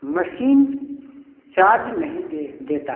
machine charge नहीं दे देता है